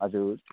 हजुर